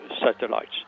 satellites